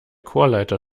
chorleiter